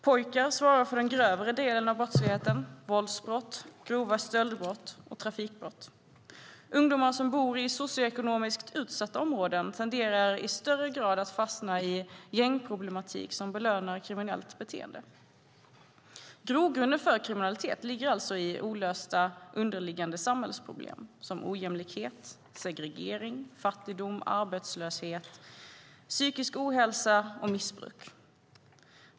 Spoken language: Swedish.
Pojkar svarar för den grövre delen av brottsligheten: våldsbrott, grova stöldbrott och trafikbrott. Ungdomar som bor i socioekonomiskt utsatta områden tenderar i större grad att fastna i gängproblematik som belönar kriminellt beteende. Grogrunden för kriminalitet ligger alltså i olösta underliggande samhällsproblem som ojämlikhet, segregering, fattigdom, arbetslöshet, psykisk ohälsa och missbruk.